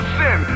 sin